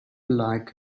like